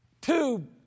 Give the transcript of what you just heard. two